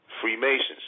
Freemasons